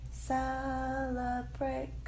Celebrate